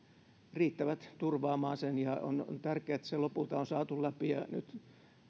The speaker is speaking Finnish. riittävät turvaamaan sen ja on tärkeää että se lopulta on saatu läpi ja nyt